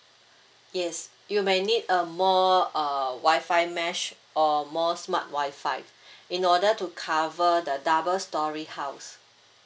yes you may need a more uh Wi-Fi mesh or more smart Wi-Fi in order to cover the double storey house